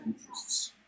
interests